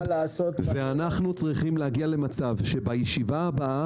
ואנחנו צריכים להגיע למצב שבישיבה הבאה